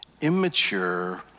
immature